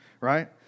right